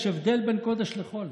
יש הבדל בין קודש לחול.